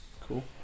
Cool